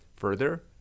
Further